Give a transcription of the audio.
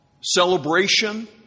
celebration